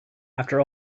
after